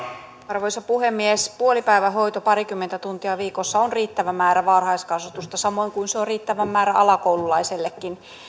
arvoisa puhemies puolipäivähoito parikymmentä tuntia viikossa on riittävä määrä varhaiskasvatusta samoin kuin se on riittävä määrä alakoululaisellekin